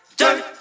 dirt